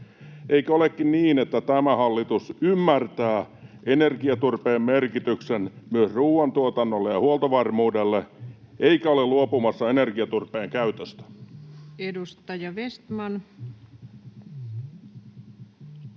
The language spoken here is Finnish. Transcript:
eikö olekin niin, että tämä hallitus ymmärtää energiaturpeen merkityksen myös ruoantuotannolle ja huoltovarmuudelle eikä ole luopumassa energiaturpeen käytöstä? Edustaja Vestman.